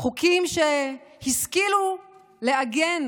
חוקים שהשכילו לעגן